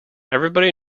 everybody